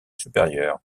supérieur